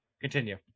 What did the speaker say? Continue